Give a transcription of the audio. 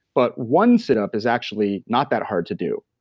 but one sit-up is actually not that hard to do.